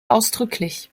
ausdrücklich